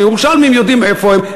שירושלמים יודעים איפה הן,